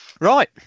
Right